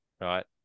Right